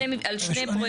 שמדובר על שני פרויקטים.